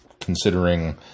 considering